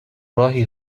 راهی